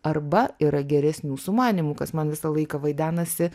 arba yra geresnių sumanymų kas man visą laiką vaidenasi